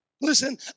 Listen